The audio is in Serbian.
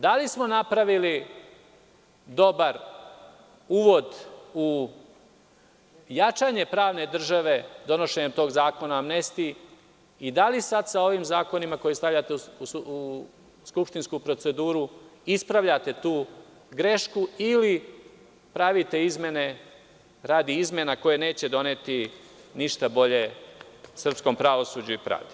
Da li smo napravili dobar uvod u jačanje pravne države, donošenjem tog Zakona o amnestiji i da li sada sa ovim zakonima koje stavljate u skupštinsku proceduru, ispravljate tu grešku, ili pravite izmene radi izmena koje neće doneti ništa bolje srpskom pravosuđu i pravdi.